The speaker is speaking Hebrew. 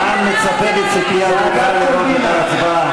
העם צופה ציפייה דרוכה לראות את ההצבעה.